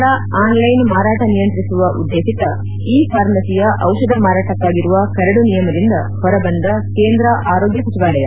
ದಿಪಧಗಳ online ಮಾರಾಟ ನಿಯಂತ್ರಿಸುವ ಉದ್ದೇಶಿತ ಇ ಫಾರ್ಮಸಿಯ ಔಷಧ ಮಾರಾಟಕ್ಕಾಗಿರುವ ಕರಡು ನಿಯಮದಿಂದ ಹೊರಬಂದ ಕೇಂದ್ರ ಆರೋಗ್ಣ ಸಚಿವಾಲಯ